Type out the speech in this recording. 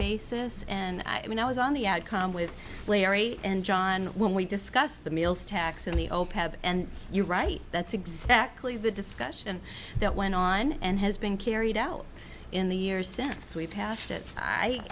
basis and i mean i was on the outcome with larry and john when we discussed the meals tax in the open and you're right that's exactly the discussion that went on and has been carried out in the years since we passed it